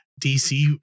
DC